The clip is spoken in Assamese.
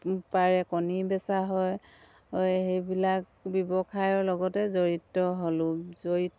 পাৰে কণী বেচা হয় সেইবিলাক ব্যৱসায়ৰ লগতে জড়িত হ'লোঁ জড়িত